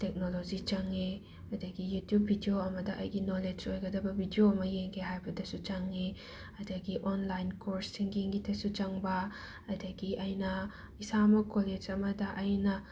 technology ꯆꯪꯏ ꯑꯗꯒꯤ YouTube video ꯑꯃꯗ ꯑꯩꯒꯤ ꯅꯣꯂꯦꯠꯆ ꯑꯣꯏꯒꯗꯕ ꯕꯤꯗ꯭ꯌꯣ ꯑꯃ ꯌꯦꯡꯒꯦ ꯍꯥꯏꯕꯗꯁꯨ ꯆꯪꯉꯤ ꯑꯗꯒꯤ ꯑꯣꯟꯂꯥꯏꯟ ꯀꯣꯔꯁꯁꯤꯡꯒꯤꯗꯁꯨ ꯆꯪꯕ ꯑꯗꯒꯤ ꯑꯩꯅ ꯏꯁꯥꯃꯛ ꯀꯣꯂꯦꯠꯆ ꯑꯃꯗ ꯑꯩꯅ